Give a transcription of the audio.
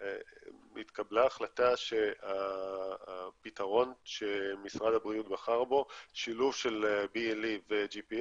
התקבלה החלטה שהפתרון שמשרד הבריאות בחר בו שילוב של BLE ו-GPS